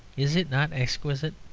is it not exquisite?